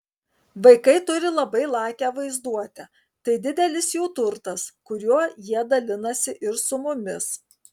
vaikai turi labai lakią vaizduotę tai didelis jų turtas kuriuo jie dalinasi ir su mumis